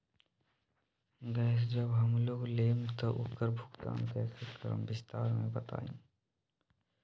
Gas जब हम लोग लेम त उकर भुगतान कइसे करम विस्तार मे बताई?